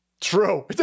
True